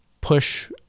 push